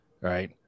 right